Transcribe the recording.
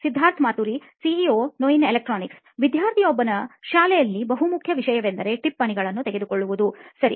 Siddharth Maturi CEO ನೋಯಿನ್ electronics ವಿದ್ಯಾರ್ಥಿಯೊಬ್ಬನ ಶಾಲೆಯಲ್ಲಿ ಬಹುಮುಖ್ಯ ವಿಷಯವೆಂದರೆ ಟಿಪ್ಪಣಿಗಳನ್ನು ತೆಗೆದುಕೊಳ್ಳುವುದು ಸರಿ